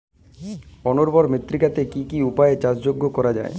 অনুর্বর মৃত্তিকাকে কি কি উপায়ে চাষযোগ্য করা যায়?